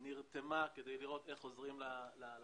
היא נרתמה כדי לראות איך עוזרים לחברה.